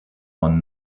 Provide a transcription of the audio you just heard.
one